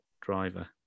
driver